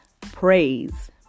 praise